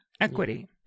equity